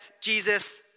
Jesus